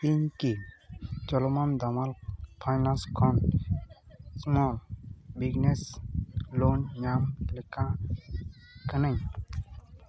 ᱤᱧ ᱠᱤ ᱪᱚᱞᱚᱢᱟᱱᱫᱟᱢᱟᱞ ᱯᱷᱟᱭᱱᱟᱭᱤᱱᱥ ᱠᱷᱚᱱ ᱥᱢᱚᱞ ᱵᱤᱜᱽᱱᱮᱥ ᱞᱳᱱ ᱧᱟᱢ ᱞᱮᱠᱟ ᱠᱟᱹᱱᱟᱹᱧ